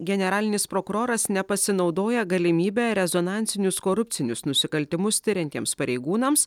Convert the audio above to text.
generalinis prokuroras nepasinaudoja galimybe rezonansinius korupcinius nusikaltimus tiriantiems pareigūnams